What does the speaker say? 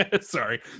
Sorry